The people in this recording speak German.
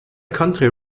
county